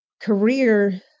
career